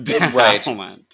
right